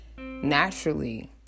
naturally